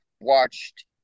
watched